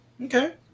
Okay